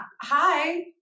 Hi